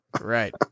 Right